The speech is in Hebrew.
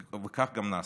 וכך גם נעשה.